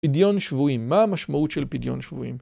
פדיון שבויים. מה המשמעות של פדיון שבויים?